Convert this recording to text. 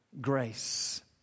grace